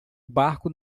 barco